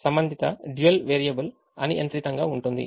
సంబంధిత dual variable అనియంత్రితంగా ఉంటుంది